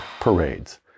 parades